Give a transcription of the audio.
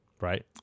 right